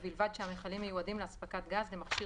ובלבד שהמכלים מיועדים להספקת גז למכשיר